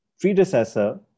predecessor